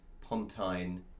pontine